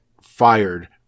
fired